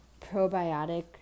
probiotic